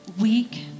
weak